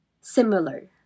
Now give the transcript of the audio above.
similar